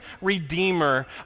redeemer